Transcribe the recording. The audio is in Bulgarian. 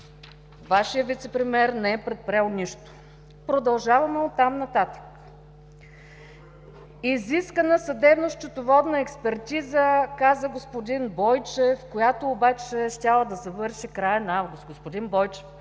Вашият вицепремиер не е предприел нищо? Продължаваме нататък. Изискана е съдебно-счетоводна експертиза, каза господин Бойчев, която обаче щяла да завърши в края на август. Господин Бойчев,